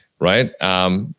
right